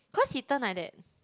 cause he turn like that